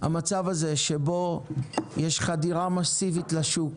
המצב הזה, שבו יש חדירה מסיבית לשוק,